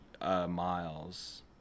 miles